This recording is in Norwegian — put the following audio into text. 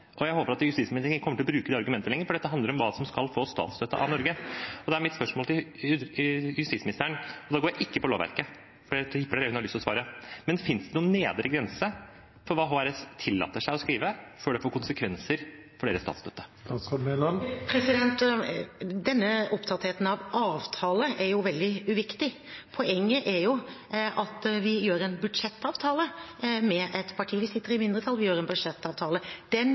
Jeg håper at justisministeren ikke kommer til å bruke det argumentet lenger, for dette handler om hva som skal få statsstøtte av Norge. Da er mitt spørsmål til justisministeren, og da går jeg ikke på lovverket: Finnes det noen nedre grense for hva HRS kan tillate seg å skrive før det får konsekvenser for deres statsstøtte? Denne opptattheten av avtale er veldig uviktig. Poenget er at vi gjør en budsjettavtale med et parti. Vi sitter i mindretall og gjør en budsjettavtale. Det medfører økninger, det medfører noen justeringer. Den